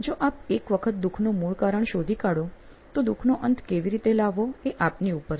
જો આપ એક વખત દુખનું મૂળ કારણ શોધી કાઢો તો દુખનો અંત કેવી રીતે લાવવો એ આપની ઉપર છે